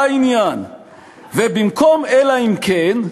"בעניין"/ ובמקום "אלא אם כן"